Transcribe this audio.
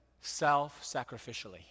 self-sacrificially